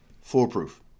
foolproof